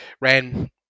ran